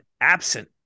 absent